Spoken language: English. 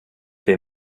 they